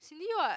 Cindy what